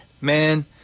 Man